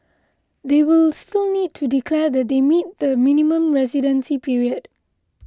they will still need to declare that they meet the minimum residency period